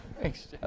Thanks